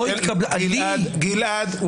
גלעד,